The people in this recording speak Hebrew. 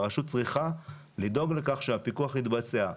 והרשות צריכה לדאוג לכך שהפיקוח יתבצע.